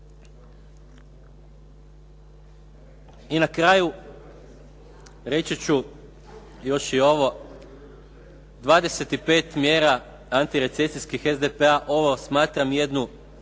I na kraju reći ću još i ovo. 25 mjera antirecesijskih SDP-a ovo smatram jednu